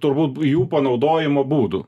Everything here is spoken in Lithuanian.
turbūt jų panaudojimo būdų